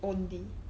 only